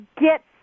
get